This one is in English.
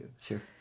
Sure